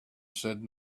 said